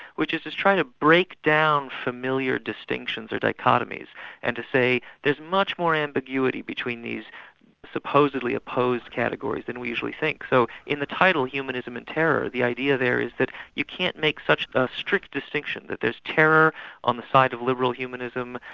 which is to try to break down familiar distinctions or dichotomies and to say there's much more ambiguity between these supposedly opposed categories than we usually think. so in the title humanism and terror the idea there is that you can't make such a strict distinction, that there's terror on the side of liberal humanism,